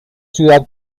ciudad